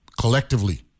collectively